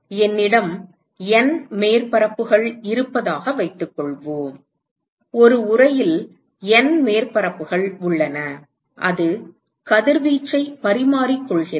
என்னிடம் N மேற்பரப்புகள் இருப்பதாக வைத்துக் கொள்வோம் ஒரு உறையில் N மேற்பரப்புகள் உள்ளன அது கதிர்வீச்சைப் பரிமாறிக் கொள்கிறது